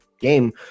game